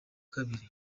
kabiri